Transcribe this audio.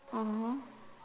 mmhmm